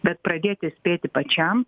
bet pradėti spėti pačiam